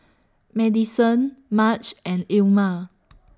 Madyson Marge and Ilma